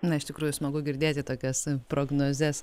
na iš tikrųjų smagu girdėti tokias prognozes